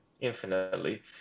infinitely